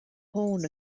horn